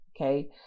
okay